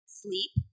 sleep